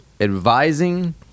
advising